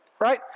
right